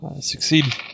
Succeed